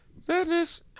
Sadness